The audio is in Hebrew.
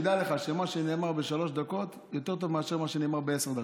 תדע לך שמה שנאמר בשלוש דקות יותר טוב מאשר מה שנאמר בעשר דקות.